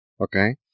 Okay